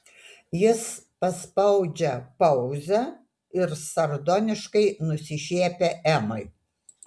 jis paspaudžia pauzę ir sardoniškai nusišiepia emai